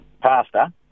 pastor